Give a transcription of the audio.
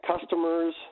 customers